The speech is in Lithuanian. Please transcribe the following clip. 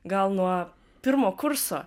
gal nuo pirmo kurso